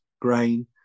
grain